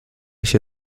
się